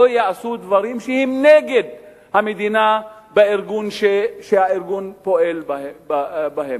יעשו דברים שהם נגד המדינה שהארגון פועל בה.